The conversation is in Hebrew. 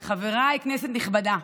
חבריי, כנסת נכבדה,